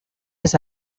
his